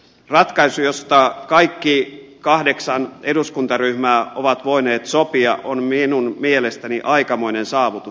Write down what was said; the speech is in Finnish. ratkaisu josta kaikki kahdeksan eduskuntaryhmää ovat voineet sopia on minun mielestäni aikamoinen saavutus